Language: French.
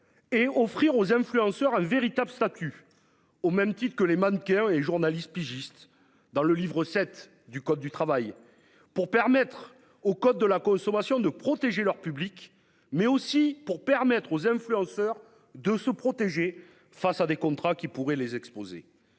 Et offrir aux influenceurs un véritable statut, au même titre que les mannequins et journaliste pigiste dans le livre 7 du code du travail pour permettre au code de la consommation de protéger leur public mais aussi pour permettre aux influenceurs de se protéger face à des contrats qui pourraient les exposer